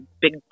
big